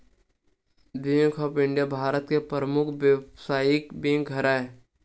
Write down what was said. bank of India Bharat के परमुख बेवसायिक बेंक हरय